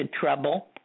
trouble